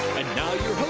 and now your